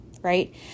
right